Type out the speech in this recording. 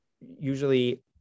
usually